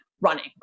running